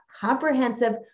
comprehensive